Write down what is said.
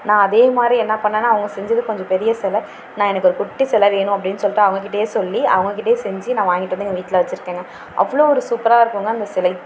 நான் அதே மாதிரி என்ன பண்ணிணேன்னா அவங்க செஞ்சது கொஞ்சம் பெரிய சிலை நான் எனக்கொரு குட்டி சிலை வேணும் அப்படின்னு சொல்லிட்டு அவங்க கிட்டேயே சொல்லி அவங்க கிட்டேயே செஞ்சு நான் வாங்கிகிட்டு வந்து எங்கள் வீட்டில் வச்சுருக்கேங்க அவ்வளோ ஒரு சூப்பராக இருக்குதுங்க அந்த சிலை